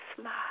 smile